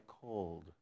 cold